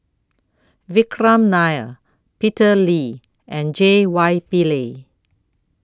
Vikram Nair Peter Lee and J Y Pillay